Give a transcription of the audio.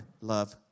love